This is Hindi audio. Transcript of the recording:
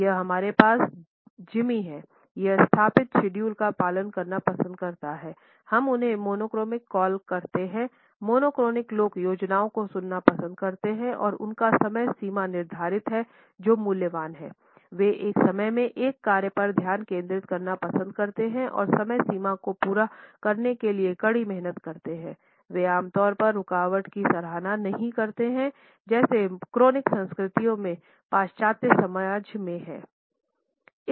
यहां हमारे पास जिमी है वह स्थापित शेड्यूल का पालन करना पसंद करता है हम उन्हें मोनोक्रॉनिक कॉल करते हैंमोनोक्रॉनिक लोग योजनाओं को सुनना पसंद करते हैं और उनका समय सीमा निर्धारित है जो मूल्यवान हैं वे एक समय में एक कार्य पर ध्यान केंद्रित करना पसंद करते हैं और समय सीमा को पूरा करने के लिए कड़ी मेहनत करते हैं वे आम तौर पर रुकावट की सराहना नहीं करते हैं जैसे क्रोनिक संस्कृतियों में पश्चात्य समाज में हैं